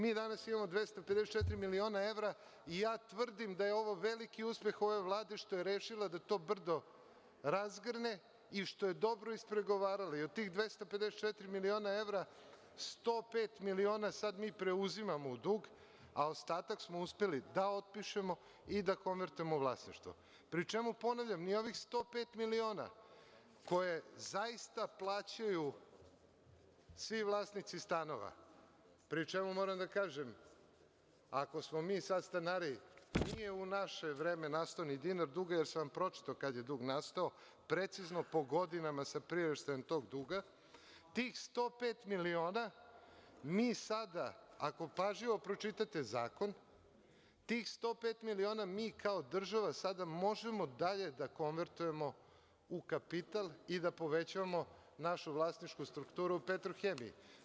Mi danas imamo 254 miliona evra i tvrdim da je ovo veliki uspeh ove Vlade što je rešila da to brdo razgrne i što je dobro ispregovarala i od tih 254 miliona evra, 105 miliona sada mi preuzimamo u dug, a ostatak smo uspeli da otpišemo i da konvertujemo u vlasništvo, pri čemu, ponavljam, ni ovih 105 miliona koje zaista plaćaju svi vlasnici stanova, pri čemu, moram da kažem, ako smo mi sada stanari, nije u naše vreme nastao ni dinar duga, jer sam vam pročitao kada je dug nastao, precizno po godinama sa priraštajem tog duga, tih 105 miliona mi sada, ako pažljivo pročitate zakon, mi kao država sada možemo dalje da konvertujemo u kapital i da povećavamo našu vlasničku strukturu u „Petrohemiji“